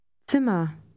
Zimmer